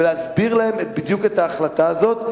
ולהסביר להם בדיוק את ההחלטה הזאת,